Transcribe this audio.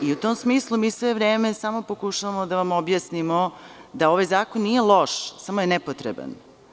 U tom smislu mi sve vreme samo pokušavamo da vam objasnimo da ovaj zakon nije loš, samo je nepotreban.